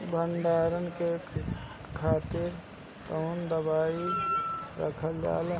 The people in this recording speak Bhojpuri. भंडारन के खातीर कौन दवाई रखल जाला?